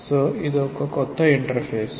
కాబట్టి ఇది కొత్త ఇంటర్ఫేస్